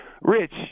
Rich